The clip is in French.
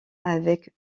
avec